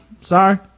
Sorry